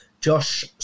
Josh